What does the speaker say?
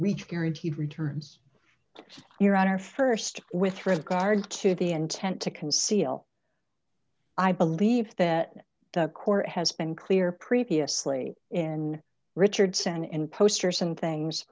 reach guaranteed returns your honor st with regard to the intent to conceal i believe that the court has been clear previously in richardson in posters and things